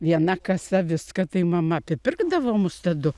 viena kasa viską tai mama apipirkdavo mus tadu